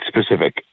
specific